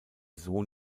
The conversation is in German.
sohn